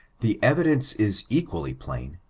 the evidedce is equally plain,